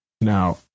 Now